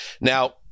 Now